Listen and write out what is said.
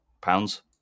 pounds